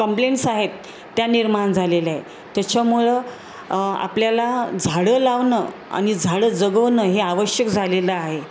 complaints आहेत त्या निर्माण झालेले आहेत त्याच्यामुळं आपल्याला झाडं लावणं आणि झाडं जगवणं हे आवश्यक झालेलं आहे